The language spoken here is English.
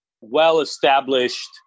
well-established